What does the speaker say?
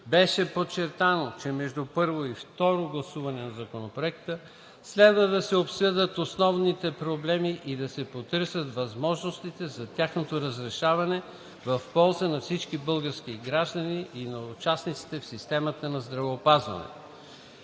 Беше подчертано, че между първо и второ гласуване на Законопроекта следва да се обсъдят основните проблеми и да се потърсят възможностите за тяхното разрешаване в полза на всички български граждани и на участниците в системата на здравеопазването.